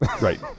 Right